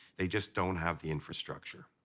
they just don't have the infrastructure.